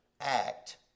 act